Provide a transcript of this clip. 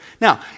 now